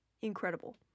Incredible